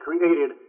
created